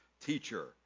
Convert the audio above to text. teacher